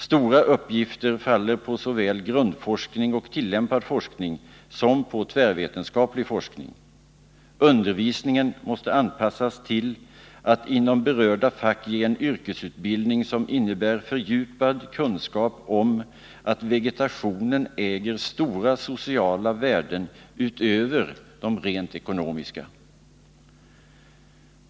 Stora uppgifter faller på såväl grundforskning och tillämpad forskning som tvärvetenskaplig forskning. Undervisningen måste anpassas till att inom berörda fack ge en yrkesutbildning som innebär fördjupad kunskap om att vegetationen äger stora sociala värden utöver de rent ekonomiska.